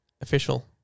official